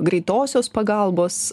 greitosios pagalbos